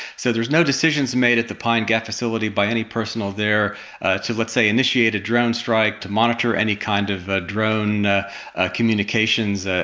so there's no decisions made at the pine gap facility by any personnel there to let's say initiate a drone strike, to monitor any kind of ah drone ah ah communications, ah